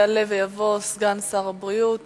יעלה ויבוא סגן שר הבריאות